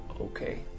Okay